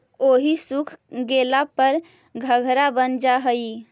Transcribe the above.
ओहि सूख गेला पर घंघरा बन जा हई